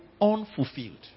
unfulfilled